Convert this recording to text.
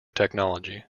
technology